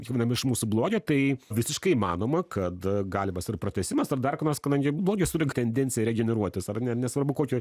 kiekvienam iš mūsų blogio tai visiškai įmanoma kad galimas ir pratęsimas ar dar ko nors kadangi blogis turi tendencija regeneruotis ar ne nesvarbu kokia